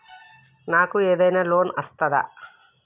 నాకు ఏదైనా లోన్ వస్తదా?